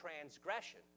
transgression